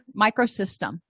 microsystem